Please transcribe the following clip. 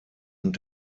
und